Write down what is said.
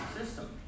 system